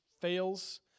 fails